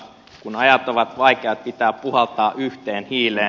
kun ajat ovat vaikeat pitää puhaltaa yhteen hiileen